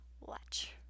watch